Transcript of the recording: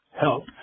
help